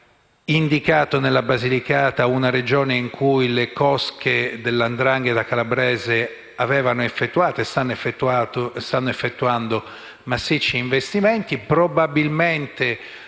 indicato nella Basilicata una regione in cui le cosche della 'ndrangheta calabrese avevano effettuato, e stanno effettuando, massicci investimenti, probabilmente